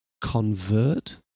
convert